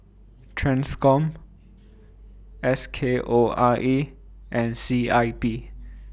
TRANSCOM S K O R A and C I P